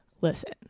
Listen